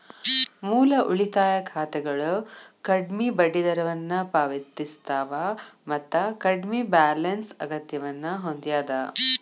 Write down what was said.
ಮೂಲ ಉಳಿತಾಯ ಖಾತೆಗಳ ಕಡ್ಮಿ ಬಡ್ಡಿದರವನ್ನ ಪಾವತಿಸ್ತವ ಮತ್ತ ಕಡ್ಮಿ ಬ್ಯಾಲೆನ್ಸ್ ಅಗತ್ಯವನ್ನ ಹೊಂದ್ಯದ